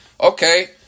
Okay